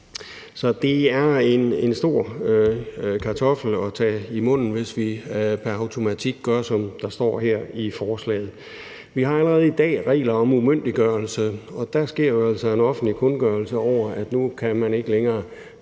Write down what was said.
Så det er en stor kartoffel at tage i munden, hvis vi per automatik gør, som der står her i forslaget. Vi har allerede i dag regler om umyndiggørelse, og der sker jo en offentlig kundgørelse over, at nu kan man ikke længere